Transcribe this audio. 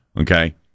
Okay